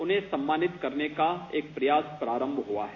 उन्हें सम्मानित करने का एक प्रयास प्रारम्भ हुआ है